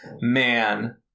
man